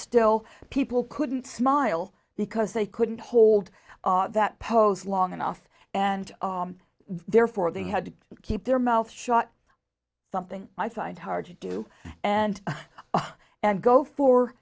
still people couldn't smile because they couldn't hold that pose long enough and therefore they had to keep their mouth shut something i find hard to do and and go for